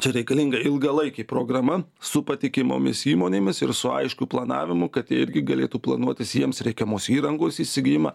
čia reikalinga ilgalaikė programa su patikimomis įmonėmis ir su aiškiu planavimu kad irgi galėtų planuotis jiems reikiamos įrangos įsigijimą